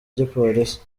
gipolisi